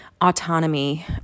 autonomy